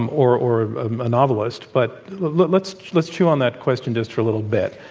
um or or a novelist. but let's let's chew on that question just for a little bit